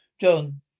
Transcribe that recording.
John